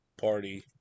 party